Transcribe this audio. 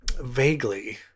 vaguely